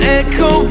echo